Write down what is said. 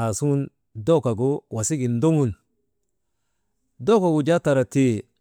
aasugun dookogu wasigin ndoŋun, dookok gu jaa tara tii.